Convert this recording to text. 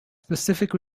specific